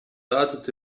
tātad